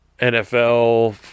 NFL